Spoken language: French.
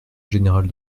général